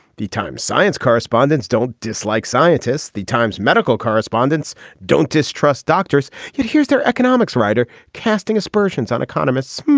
the times science correspondents don't dislike scientists. the times medical correspondents don't distrust doctors. yeah here's their economics writer. casting aspersions on economists.